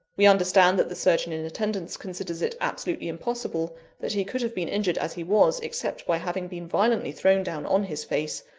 we understand that the surgeon in attendance considers it absolutely impossible that he could have been injured as he was, except by having been violently thrown down on his face,